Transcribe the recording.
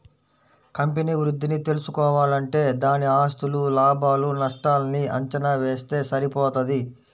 company వృద్ధిని తెల్సుకోవాలంటే దాని ఆస్తులు, లాభాలు నష్టాల్ని అంచనా వేస్తె సరిపోతది